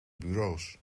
bureaus